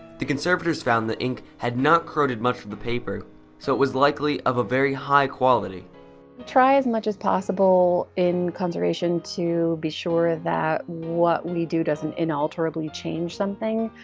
the conservators found the ink had not corroded much of the paper so it was likely of a very high quality. we try as much as possible in conservation to be sure that what we do doesn't unalterably change something.